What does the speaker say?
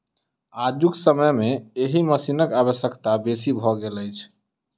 आजुक समय मे एहि मशीनक आवश्यकता बेसी भ गेल अछि